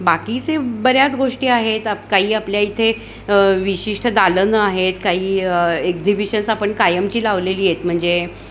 बाकीचे बऱ्याच गोष्टी आहेत आप काही आपल्या इथे विशिष्ट दालनं आहेत काही एक्झिबिशन्स आपण कायमची लावलेली आहेत म्हणजे